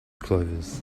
clovers